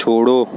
छोड़ो